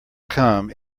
come